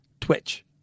Twitch